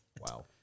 Wow